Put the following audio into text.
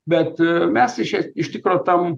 bet mes iš čia iš tikro tam